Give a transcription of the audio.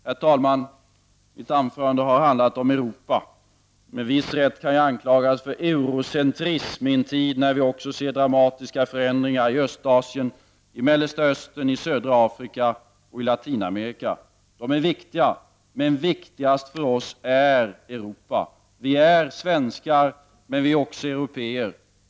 Herr talman! Mitt anförande har handlat om Europa. Med viss rätt kan jag anklagas för ”eurocentrism” i en tid när vi också ser dramatiska förändringar i Östasien, i Mellersta Östern, i södra Afrika och i Latinamerika. De är viktiga. Men viktigast för oss är Europa. Vi är svenskar, men vi är också européer.